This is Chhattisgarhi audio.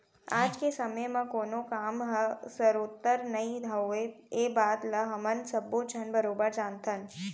आज के समे म कोनों काम ह सरोत्तर नइ होवय ए बात ल हमन सब्बो झन बरोबर जानथन